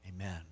amen